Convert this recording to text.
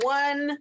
one